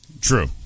True